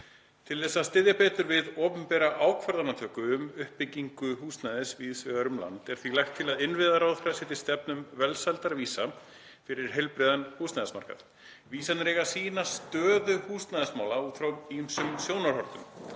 Til þess að styðja betur við opinbera ákvarðanatöku um uppbyggingu húsnæðis víðs vegar um land er því lagt til að innviðaráðherra setji stefnu um velsældarvísa fyrir heilbrigðan húsnæðismarkað. Vísarnir eiga að sýna stöðu húsnæðismála út frá ýmsum sjónarhornum,